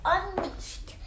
Unleashed